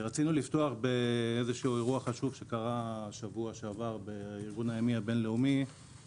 רצינו לפתוח בתיאור אירוע חשוב שקרה בארגון הימי הבינלאומי בשבוע שעבר,